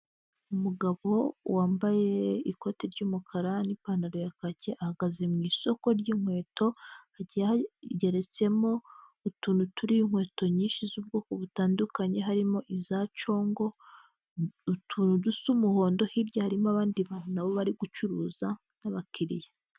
Umugabo wambaye ikoti ry'umukara n'ipantaro ya kaki ahagaze mu isoko ry'inkweto ryeretsemo utuntu turimo inkweto nyinshi z'ubwoko butandukanye harimo iza congo, utuntu tuw'umuhondo hirya harimo abandi banu nabo bari gucuruza n'abakiriya.